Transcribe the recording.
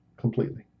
completely